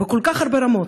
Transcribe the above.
בכל כך הרבה רמות.